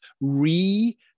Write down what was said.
re-